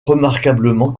remarquablement